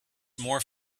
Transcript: more